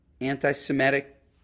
anti-Semitic